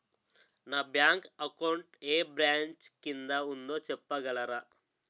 నా bank account ఏ branch కిందా ఉందో చెప్పగలరా?